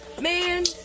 Man